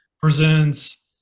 presents